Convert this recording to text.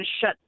shut